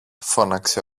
φώναξε